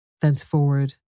Thenceforward